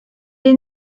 est